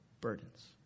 burdens